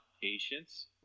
patience